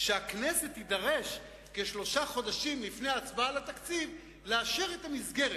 והכנסת תידרש כשלושה חודשים לפני ההצבעה על התקציב לאשר את המסגרת,